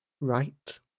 right